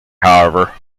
however